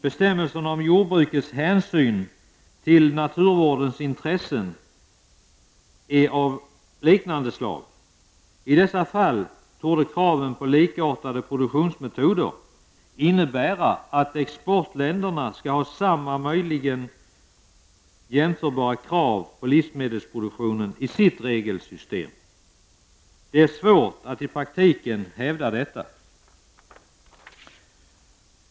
Bestämmelserna om jordbrukets hänsyn till naturvårdens intressen är av liknande slag. I dessa fall borde kraven på likartade produktionsmetoder innebära att exportländerna skall ha samma eller möjligen jämförbara krav på livsmedelsproduktion i sitt regelsystem. Det är svårt att i praktiken hävda detta.